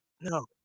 No